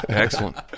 excellent